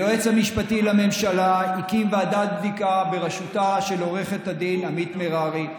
היועץ המשפטי לממשלה הקים ועדת בדיקה בראשותה של עו"ד עמית מררי,